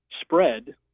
spread